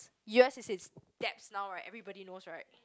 U_S is in debts now right everybody knows right